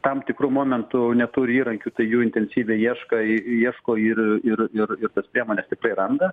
tam tikru momentu neturi įrankių tai jų intensyviai ieška ieško ir ir ir ir tas priemones tiktai randa